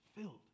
filled